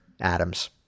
Adams